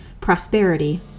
prosperity